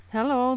Hello